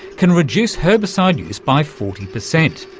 can reduce herbicide use by forty percent.